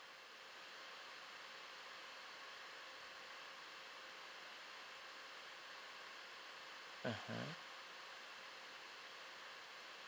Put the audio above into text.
mmhmm